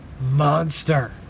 monster